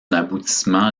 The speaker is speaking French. aboutissement